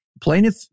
Plaintiff